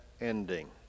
ending